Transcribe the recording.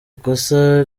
ikosa